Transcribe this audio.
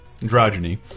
Androgyny